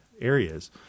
areas